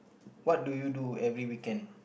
what do you do every weekend